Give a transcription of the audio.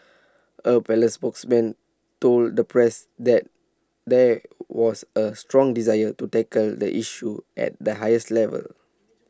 A palace spokesman told the press that there was A strong desire to tackle the issue at the highest levels